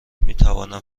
میتوانم